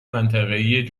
منطقهای